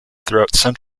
throughout